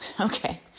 Okay